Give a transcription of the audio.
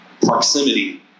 Proximity